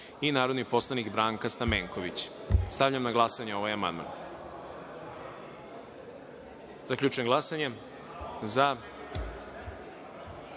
i narodni poslanik Branka Stamenković. Stavljam na glasanje ovaj amandman. Zaključujem glasanje i